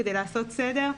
כדי לעשות סדר.